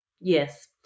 Yes